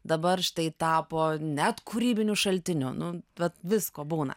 dabar štai tapo net kūrybiniu šaltiniu nu vat visko būna